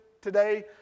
today